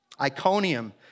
Iconium